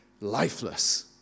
lifeless